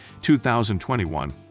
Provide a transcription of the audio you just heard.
2021